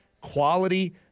quality